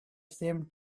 same